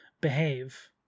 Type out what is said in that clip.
behave